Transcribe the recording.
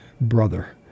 brother